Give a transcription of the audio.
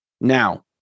Now